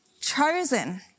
chosen